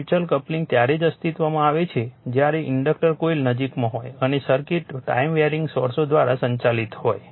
mutual coupling ત્યારે જ અસ્તિત્વમાં છે જ્યારે ઇન્ડક્ટર કોઇલ નજીકમાં હોય અને સર્કિટ ટાઈમ વેરીઇંગ સોર્સો દ્વારા સંચાલિત હોય